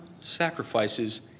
sacrifices